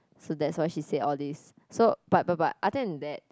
so that's why she said all these so but but but other than that